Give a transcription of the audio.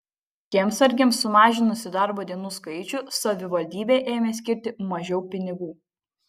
kiemsargiams sumažinusi darbo dienų skaičių savivaldybė ėmė skirti mažiau pinigų